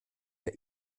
der